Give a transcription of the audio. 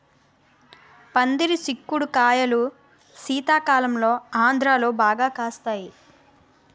పందిరి సిక్కుడు కాయలు శీతాకాలంలో ఆంధ్రాలో బాగా కాస్తాయి